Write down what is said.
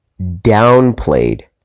downplayed